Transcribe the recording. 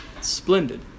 splendid